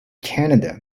canada